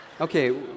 Okay